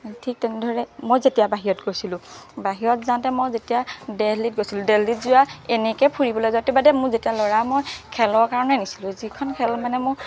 ঠিক তেনেদৰে মই যেতিয়া বাহিৰত গৈছিলো বাহিৰত যাওঁতে মই যেতিয়া দেলহিত গৈছিলো দেলহিত যোৱা এনেকৈ ফুৰিবলৈ যোৱাতো বাদে মোৰ যেতিয়া ল'ৰা মই খেলৰ কাৰণে নিচিলো যিখন খেল মানে মোৰ